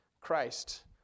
Christ